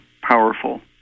powerful